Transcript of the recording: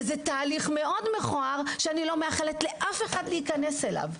וזה תהליך מכוער מאוד שאני לא מאחלת לאף אחד להיכנס אליו.